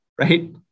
right